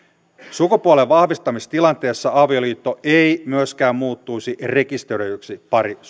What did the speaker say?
sukupuolenvahvistamistilanteessa avioliitto ei myöskään muuttuisi rekisteröidyksi parisuhteeksi